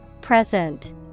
Present